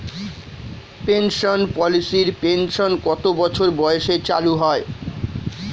Pension পলিসির pension কত বছর বয়সে চালু হয়?